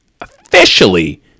officially